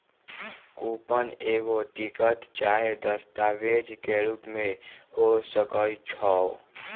coupon एगो ticket चाहे दस्तावेज के रूप में हो सकइ छै